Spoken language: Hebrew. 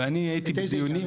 ואני הייתי בדיונים.